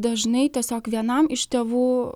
dažnai tiesiog vienam iš tėvų